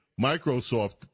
Microsoft